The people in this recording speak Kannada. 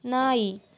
ನಾಯಿ